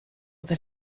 that